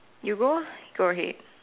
you go lor go ahead